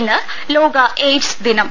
ഇന്ന് ലോക എയ്ഡ്സ് ദിനം